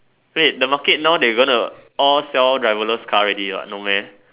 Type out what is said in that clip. wait the market now they going to all sell driverless car already what no meh